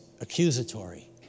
accusatory